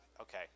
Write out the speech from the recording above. Okay